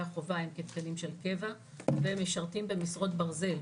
חובה הם כתקנים של קבע והם משרתים במשרות ברזל.